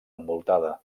envoltada